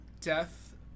Death